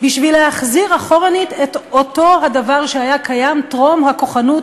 בשביל להחזיר אחורנית את אותו הדבר שהיה קיים טרום הכוחנות